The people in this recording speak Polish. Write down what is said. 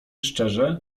szczerze